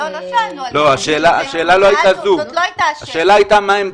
זו לא הייתה השאלה.